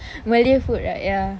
malay food right ya